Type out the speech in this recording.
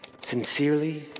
Sincerely